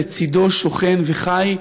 לצדו שוכן וחי,